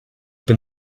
bin